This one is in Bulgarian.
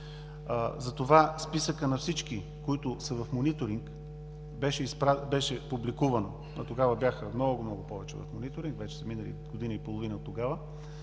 Затова списъкът на всички, които са в мониторинг, беше публикуван, а тогава бяха много, много повече в мониторинг – вече е минала година и половина оттогава,